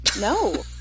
No